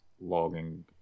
logging